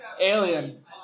Alien